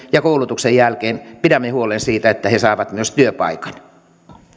ja koulutuksen jälkeen pidämme huolen siitä että he saavat myös työpaikan